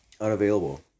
unavailable